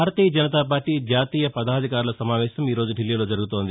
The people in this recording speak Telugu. భారతీయ జనతా పార్లీ జాతీయ పదాధికారుల సమావేశం ఈ రోజు ఢిల్లీలో జరుగుతోంది